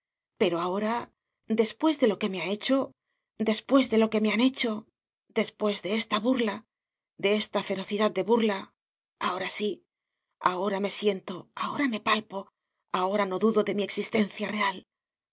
pero ahora después de lo que me ha hecho después de lo que me han hecho después de esta burla de esta ferocidad de burla ahora sí ahora me siento ahora me palpo ahora no dudo de mi existencia real